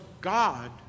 God